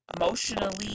emotionally